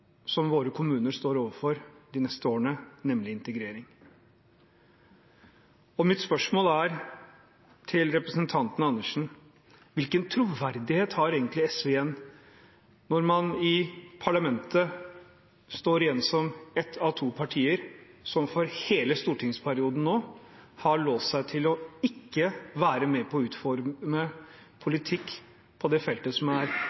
som våre kommuner står overfor de neste årene, nemlig integrering. Mitt spørsmål til representanten Andersen er: Hvilken troverdighet har egentlig SV igjen når man i parlamentet står igjen som ett av to partier som for hele stortingsperioden nå har låst seg til ikke å være med på å utforme politikk på det feltet som er